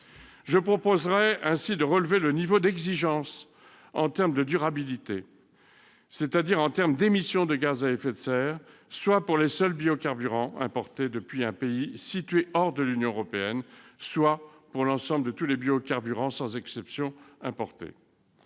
Je proposerai ainsi de relever le niveau d'exigence en termes de durabilité, c'est-à-dire en termes d'émissions de gaz à effets de serre, soit pour les seuls biocarburants importés depuis un pays situé hors de l'Union européenne, soit pour tous les biocarburants importés,